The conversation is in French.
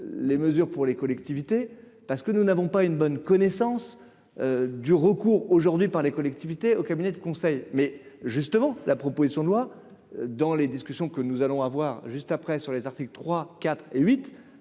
les mesures pour les collectivités, parce que nous n'avons pas une bonne connaissance du recours aujourd'hui par les collectivités au cabinet de conseil mais justement la proposition de loi dans les discussions que nous allons avoir juste après sur les articles 3 4 et 8